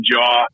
jaw